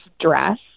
dress